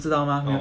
oh